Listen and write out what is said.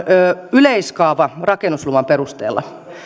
yleiskaava rakennusluvan perusteella